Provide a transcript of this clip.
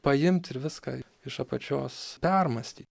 paimt ir viską iš apačios permąstyt